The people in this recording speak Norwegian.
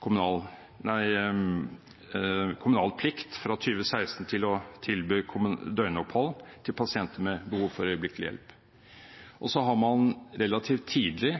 kommunal plikt fra 2016 til å tilby døgnopphold til pasienter med behov for øyeblikkelig hjelp. Så har man relativt tidlig